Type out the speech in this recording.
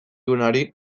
duenari